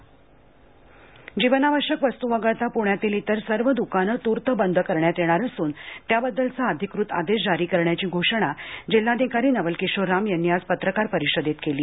corona संसर्गाचा मकाबला जीवनावश्यक वस्तू वगळता प्ण्यातील इतर सर्व द्काने तूर्त बंद करण्यात येणार असून त्याबद्दलचा अधिकृत आदेश जारी करण्याची घोषणा जिल्हाधिकारी नवल किशोर राम यांनी आज पत्रकार परिषदेत केली